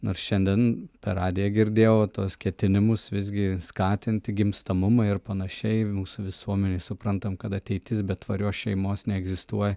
nors šiandien per radiją girdėjau tuos ketinimus visgi skatinti gimstamumą ir panašiai mūsų visuomenėj suprantam kad ateitis be tvarios šeimos neegzistuoja